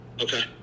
okay